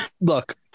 Look